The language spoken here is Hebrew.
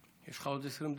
יש לך עוד 20 דקות.